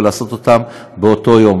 ולעשות אותן באותו יום.